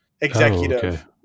executive